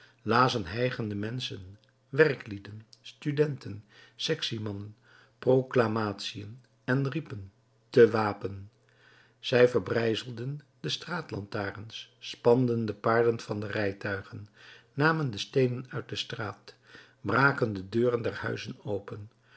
lazen hijgende menschen werklieden studenten sectiemannen proclamatiën en riepen te wapen zij verbrijzelden de straatlantaarns spanden de paarden van de rijtuigen namen de steenen uit de straat braken de deuren der huizen open